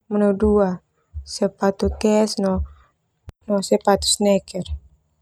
Manu dua, sepatu kets no sepatu sneakers.